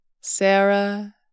Sarah